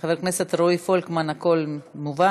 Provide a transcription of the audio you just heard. חבר הכנסת רועי פולקמן, הכול מובן?